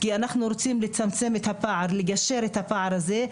כי אנחנו רוצים לגשר על הפער הזה.